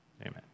amen